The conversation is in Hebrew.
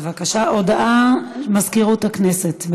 בבקשה, הודעה למזכירות הכנסת.